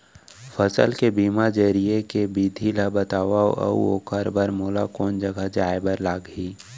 फसल के बीमा जरिए के विधि ला बतावव अऊ ओखर बर मोला कोन जगह जाए बर लागही?